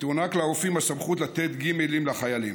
ותוענק לרופאים הסמכות לתת גימלים לחיילים.